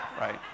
right